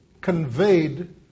conveyed